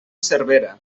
cervera